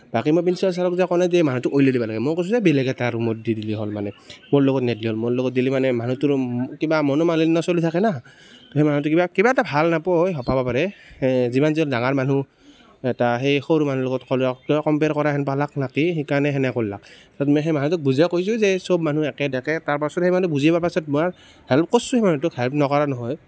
ৰাতি মই প্ৰিঞ্চিপাল ছাৰক যাই কোৱা নাই যে এই মানুহটোক উলিয়াই দিব লাগে মই কৈছোঁ যে বেলেগ এটা ৰুমত দি দিলে হ'ল মানে মোৰ লগত নিদিলে হ'ল মোৰ লগত দিলে মানে মানুহটোৰো কিবা মনোমালিন্য চলি থাকে না সেই মানুহটো কিবা কিবা এটা ভাল নাপয় হ'ব পাৰে যিমান যি হওঁক ডাঙৰ মানুহ এটা সেই সৰু মানুহ লগত কম্পেয়াৰ কৰা হেন পালে নেকি সেইকাৰণে সেনেকৈ কল্লাক সেই মানুহটোক বুজাই কৈছোঁ যে সব মানুহ একে নাথকে তাৰপাছত মানুহটো বুজি পোৱাৰ পিছত মই আৰ হেল্প কৰিছোঁ সেই মানুহটোক হেল্প নকৰা নহয়